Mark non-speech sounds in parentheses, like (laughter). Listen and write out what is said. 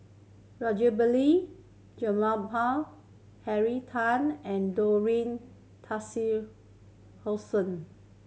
Rajabali Jumabhoy Henry Tan and (unintelligible)